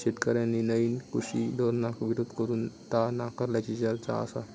शेतकऱ्यांनी नईन कृषी धोरणाक विरोध करून ता नाकारल्याची चर्चा आसा